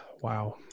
Wow